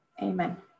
Amen